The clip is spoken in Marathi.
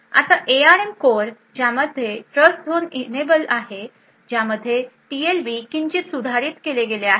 आता एआरएम कोअर ज्यामध्ये ट्रस्टझोन इनएबल आहे ज्यामध्ये टीएलबी किंचित सुधारित केले गेले आहे